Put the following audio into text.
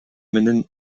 менен